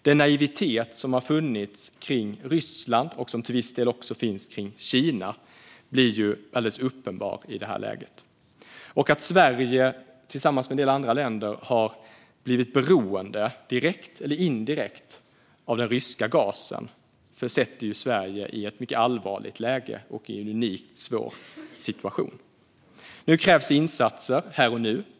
Den naivitet som har funnits när det gäller Ryssland och till viss del också Kina blir i det här läget alldeles uppenbar. Att Sverige tillsammans med en del andra länder har blivit beroende, direkt eller indirekt, av den ryska gasen försätter Sverige i ett mycket allvarligt läge och i en unikt svår situation. Det krävs insatser här och nu.